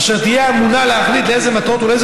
אשר תהיה אמונה להחליט לאילו מטרות ולאילו